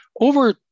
over